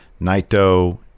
Naito